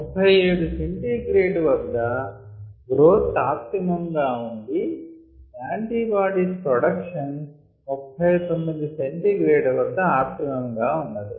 37 ºC వద్ద growth optimum గా ఉండి యాంటీబాడీస్ ప్రొడక్షన్ 39 ºC వద్ద ఆప్టిమమ్ ఉన్నది